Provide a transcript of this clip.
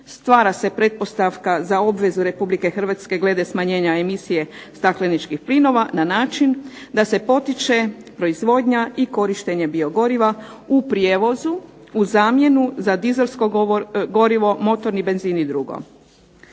stvara se pretpostavka za obvezu RH glede smanjenja emisije stakleničkih plinova na način da se potiče proizvodnja i korištenje biogoriva u prijevozu u zamjenu za dizelsko gorivo, motorni benzin i drugo.